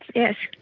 yes.